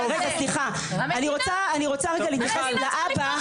סליחה, אני רוצה רגע להתייחס לאבא.